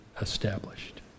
established